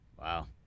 Wow